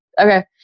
okay